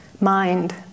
mind